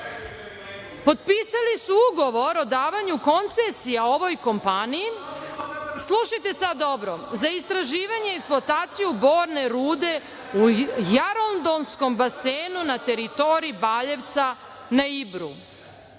potpisali su ugovor o davanju koncesija ovoj kompaniji. Slušajte sad dobro, za istraživanje i eksploataciju borne rude u jarodonskom basenu na teritoriji Baljevca na